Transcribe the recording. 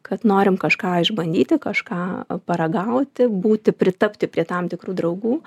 kad norim kažką išbandyti kažką paragauti būti pritapti prie tam tikrų draugų